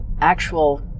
actual